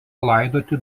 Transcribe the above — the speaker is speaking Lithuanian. laidoti